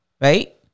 right